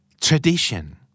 Tradition